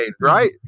right